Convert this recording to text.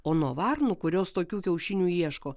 o nuo varnų kurios tokių kiaušinių ieško